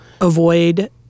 avoid